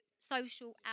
social